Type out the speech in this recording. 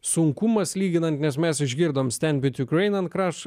sunkumas lyginant nes mes išgirdome stend vit jukrein ant kraš